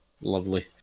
Lovely